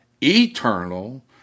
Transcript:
eternal